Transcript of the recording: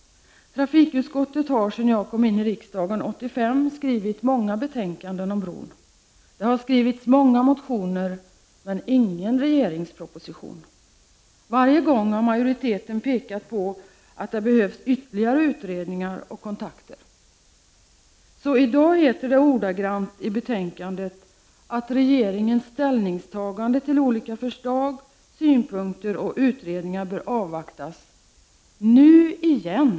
Trafikutskottet har sedan jag kom in i riksdagen 1985 skrivit många betänkanden om bron. Det har skrivits många motioner, men ingen regeringsproposition. Varje gång har majoriteten pekat på att det behövs ytterligare utredningar och kontakter. I dag heter det i betänkandet att regeringens ställningstagande till olika förslag, synpunkter och utredningar bör avvaktas. Nu igen!